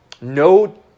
no